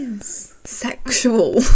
sexual